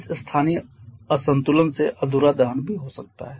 इस स्थानीय असंतुलन से अधूरा दहन भी हो सकता है